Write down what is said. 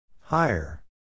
Higher